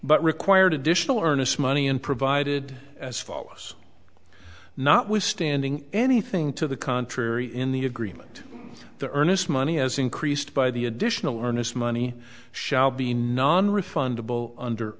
but required additional earnest money and provided as follows notwithstanding anything to the contrary in the agreement the earnest money has increased by the additional earnest money shall be nonrefundable under